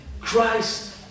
Christ